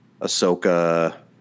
Ahsoka